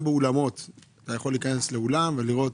אתה יכול להיכנס לאולם ולראות